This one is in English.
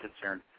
concerned